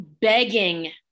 begging